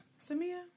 Samia